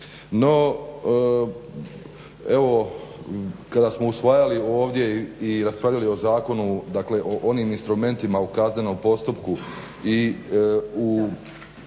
No, evo kada smo usvajali ovdje i raspravljali o zakonu, dakle o onim instrumentima u kaznenom postupku i u